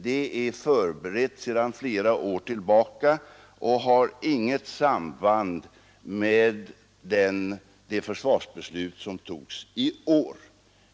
Det är förberett sedan flera år tillbaka och har inget samband med det försvarsbeslut som fattades i år.